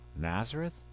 Nazareth